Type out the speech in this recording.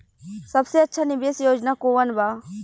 सबसे अच्छा निवेस योजना कोवन बा?